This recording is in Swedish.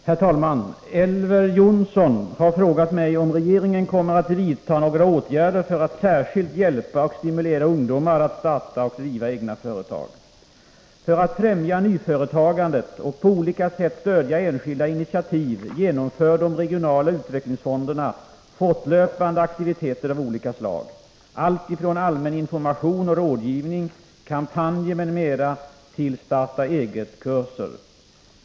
Herr talman! Elver Jonsson har frågat mig om regeringen kommer att vidta några åtgärder för att särskilt hjälpa och stimulera ungdomar att starta och driva egna företag. För att främja nyföretagandet och på olika sätt stödja enskilda initiativ genomför de regionala utvecklingsfonderna fortlöpande aktiviteter av olika slag, alltifrån allmän information och rådgivning, kampanjer m.m. till starta eget-kurser.